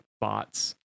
bots